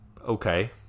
Okay